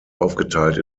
aufgeteilt